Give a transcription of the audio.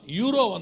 euro